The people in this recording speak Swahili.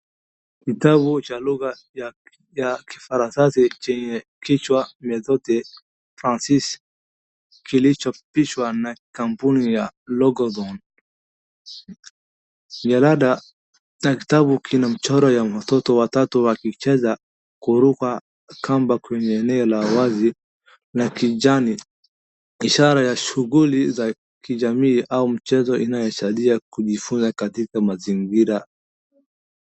Kitabu cha lugha ya kifaransa chenye kichwa Methode de Francais kilichoapishwa na kampuni ya Longhorn. Jalada la kitabu lina mchoro ya watoto watatu wakicheza kuruka kamba kwenye eno la wazi la kijani. Ishara ya shughuli ya jamii au mchezo inayosailia kujifunza katika mazingira.